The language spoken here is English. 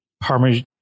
parmesan